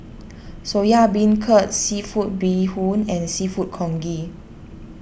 Soya Beancurd Seafood Bee Hoon and Seafood Congee